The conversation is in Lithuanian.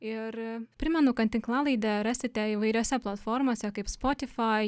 ir primenu kad tinklalaidę rasite įvairiose platformose kaip spotifai